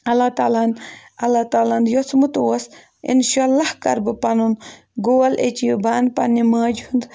اللہ تعالٰی ہن اللہ تعالیٰ ہَن یوٚژمُت اوس اِنشاء اللہ کَرٕ بہٕ پَنُن گول ایٚچیٖو بہٕ اَنہٕ پَننہِ ماجہِ ہُنٛد